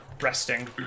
resting